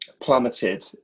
plummeted